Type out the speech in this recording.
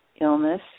illness